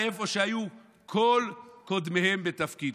לאיפה שהיו כל קודמיהם בתפקיד.